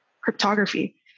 cryptography